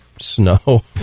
snow